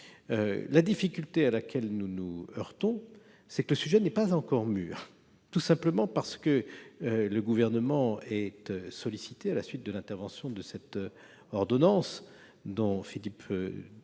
La difficulté à laquelle nous nous heurtons, c'est que le sujet n'est pas encore mûr, tout simplement parce que le Gouvernement a été saisi, à la suite de cette ordonnance dont Philippe